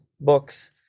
books